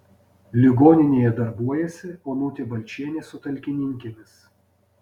ligoninėje darbuojasi onutė balčienė su talkininkėmis